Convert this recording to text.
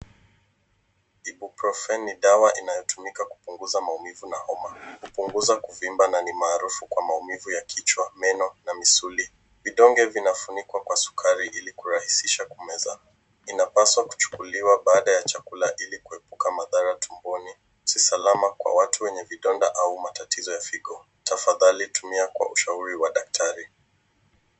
Diplokrafeni ni dawa inayotumiwa kupunguza maumivu ya homa na kupunguza kuvimba kwa maarufu maumivu ya kichwa, meno na misuli. Vidonge vinafunikwa kwa sukari ili karahisisha kumeza, inapaswa kuchukulia baada ya chakula ili kuepuka madhara tumboni si salama kwa watu wenye vidonda au matatizo ya vigo. Tafadhali tumia kwa ushauri wa daktari.